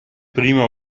primo